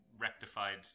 rectified